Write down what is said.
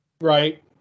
right